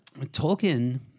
Tolkien